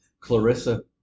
Clarissa